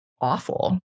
awful